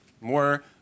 more